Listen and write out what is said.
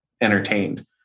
entertained